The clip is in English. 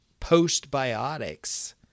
postbiotics